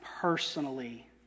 personally